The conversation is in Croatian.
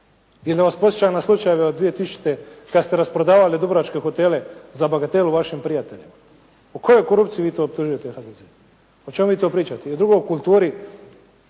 Ili da vas podsjećam na slučajeve od 2000. kad ste rasprodavali dubrovačke hotele za bagatelu vašim prijateljima. O kojoj korupciji vi to optužujete HDZ? O čemu vi to pričate? I o drugo kulturi